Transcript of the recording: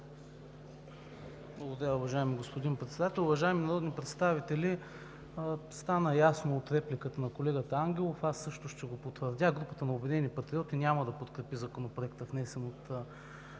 Благодаря, уважаеми господин Председател. Уважаеми народни представители, стана ясно от репликата на колегата Ангелов, аз също ще го потвърдя, групата на „Обединени патриоти“ няма да подкрепи Законопроекта, внесен от